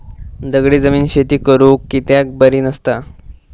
दगडी जमीन शेती करुक कित्याक बरी नसता?